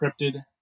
encrypted